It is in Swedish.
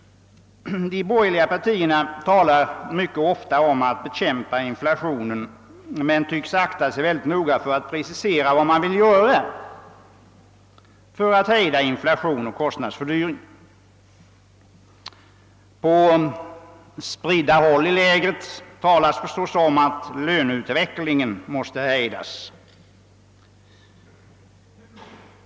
De borgerliga partierna talar mycket och ofta om att bekämpa inflationen men tycks akta sig noga för att precisera vad man vill göra för att hejda inflation och kostnadsfördyring. På spridda håll i lägret talas förstås om att löneutvecklingen måste hejdas.